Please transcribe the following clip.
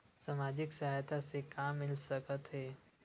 सामाजिक सहायता से का मिल सकत हे?